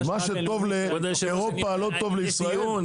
מה שטוב לאירופה לא טוב לישראל, מה הסיפור?